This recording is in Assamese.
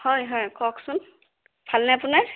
হয় হয় কওকচোন ভালনে আপোনাৰ